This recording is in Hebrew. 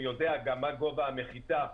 שיודע גם מה גובה המחיצה,